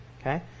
Okay